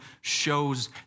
shows